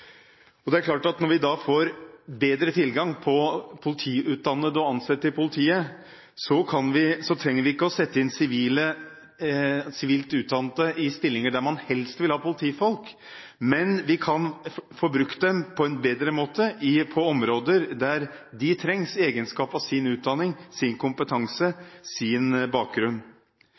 Når vi da får bedre tilgang til politiutdannede ansatte i politiet, trenger vi ikke å sette inn sivilt utdannede i stillinger der man helst vil ha politifolk, men vi kan få brukt dem på en bedre måte på områder der de trengs i egenskap av sin utdanning, sin kompetanse og sin bakgrunn.